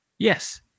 Yes